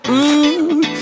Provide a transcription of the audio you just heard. mmm